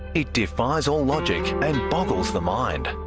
it defies all logic and boggles the mind.